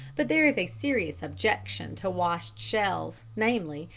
but there is a serious objection to washed shells, namely,